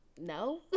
no